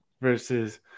versus